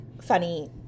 funny